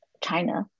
China